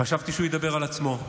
חשבתי שהוא ידבר על עצמו,